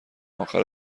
اخر